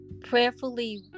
Prayerfully